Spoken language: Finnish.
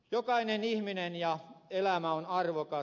jokainen ihminen ja elämä on arvokas